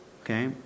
okay